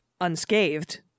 unscathed